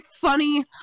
funny